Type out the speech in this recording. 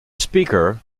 speaker